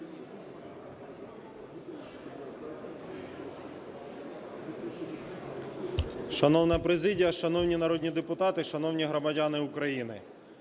Шановна президія, шановні народні депутати, шановні громадяни України!